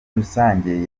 rusange